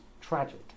tragic